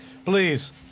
Please